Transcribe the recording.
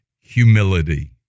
humility